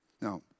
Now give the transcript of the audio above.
Now